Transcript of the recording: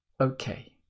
okay